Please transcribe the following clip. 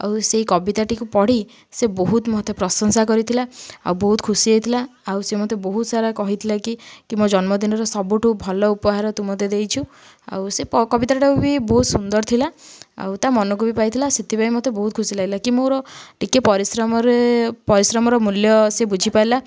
ଆଉ ସେହି କବିତାଟିକୁ ପଢ଼ି ସେ ବହୁତ ମୋତେ ପ୍ରଶଂସା କରିଥିଲା ଆଉ ବହୁତ ଖୁସି ହେଇଥିଲା ଆଉ ସେ ମୋତେ ବହୁତ ସାରା କହିଥିଲା କି କି ମୋ ଜନ୍ମଦିନର ସବୁଠୁ ଭଲ ଉପହାର ତୁ ମୋତେ ଦେଇଛୁ ଆଉ ସେ କବିତାଟା ବି ବହୁତ ସୁନ୍ଦର ଥିଲା ଆଉ ତା ମନକୁ ବି ପାଇଥିଲା ସେଥିପାଇଁ ମୋତେ ବହୁତ ଖୁସି ଲାଗିଲା କି ମୋର ଟିକିଏ ପରିଶ୍ରମରେ ପରିଶ୍ରମର ମୂଲ୍ୟ ସେ ବୁଝିପାରିଲା